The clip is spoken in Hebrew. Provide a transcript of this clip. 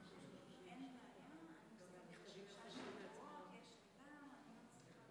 הקמת הוועדה המיוחדת